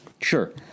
Sure